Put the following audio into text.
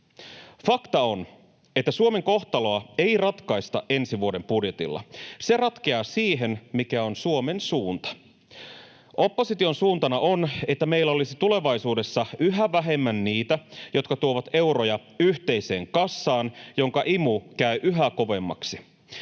Fakta on, että Suomen kohtaloa ei ratkaista ensi vuoden budjetilla — se ratkeaa siihen, mikä on Suomen suunta. Opposition suuntana on, että meillä olisi tulevaisuudessa yhä vähemmän niitä, jotka tuovat euroja yhteiseen kassaan, jonka imu käy yhä kovemmaksi.